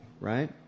right